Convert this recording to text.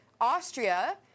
Austria